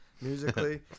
musically